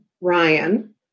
Ryan